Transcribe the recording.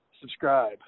Subscribe